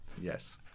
Yes